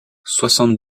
soixante